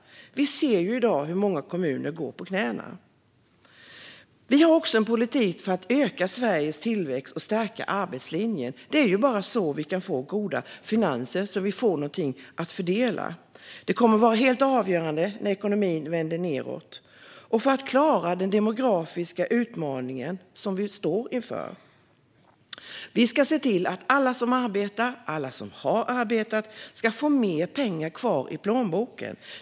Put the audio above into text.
Vi ser i dag att många kommuner går på knäna. Vi har också en politik för att öka Sveriges tillväxt och stärka arbetslinjen. Det är ju bara så vi kan få goda finanser, så att vi har någonting att fördela. Det kommer att vara helt avgörande när ekonomin vänder nedåt och för att vi ska klara den demografiska utmaning vi står inför. Vi ska se till att alla som arbetar och alla som har arbetat ska få mer pengar kvar i plånboken.